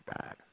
bad